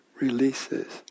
releases